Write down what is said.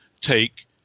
take